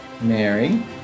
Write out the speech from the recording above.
Mary